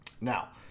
Now